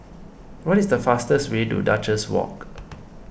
what is the fastest way to Duchess Walk